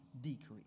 decrease